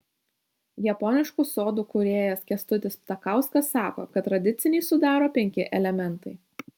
japoniškų sodų kūrėjas kęstutis ptakauskas sako kad tradicinį sudaro penki elementai